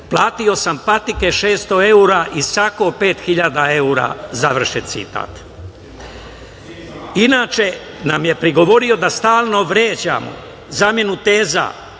platio sam patike 600 evra i sako 5.000 evra“, završen citat. Inače nam je prigovorio da stalno vređamo, zamenu teza,